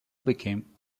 became